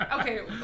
Okay